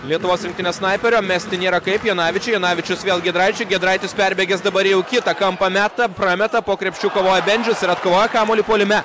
lietuvos rinktinės snaiperio mesti nėra kaip janavičiui jonavičius vėl giedraičiui giedraitis perbėgęs dabar jau kitą kampą meta prameta po krepšiu kovojo bendžius ir atkovojo kamuolį puolime